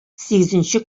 сигезенче